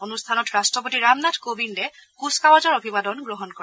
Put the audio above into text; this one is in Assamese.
অনুষ্ঠানত ৰাট্টপতি ৰামনাথ কোবিন্দে কূচকাৱাজৰ অভিবাদন গ্ৰহণ কৰে